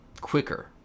quicker